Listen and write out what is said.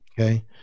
Okay